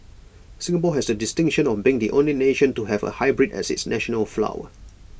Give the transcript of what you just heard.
Singapore has the distinction of being the only nation to have A hybrid as its national flower